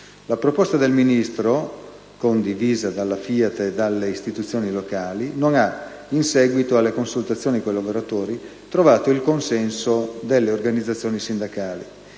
La proposta del Ministro, condivisa dalla FIAT e dalle istituzioni locali, non ha, in seguito alle consultazioni con i lavoratori, trovato il consenso delle organizzazioni sindacali.